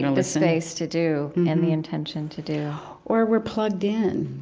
um the space to do and the intention to do or we're plugged in.